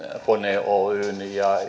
kone oyjn ja